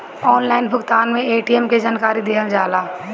Online भुगतान में ATM के जानकारी दिहल जाला?